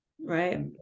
right